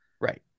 right